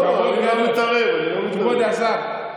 אני לא מתערב, אני לא מתערב.